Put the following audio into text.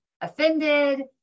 offended